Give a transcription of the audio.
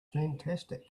fantastic